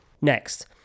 Next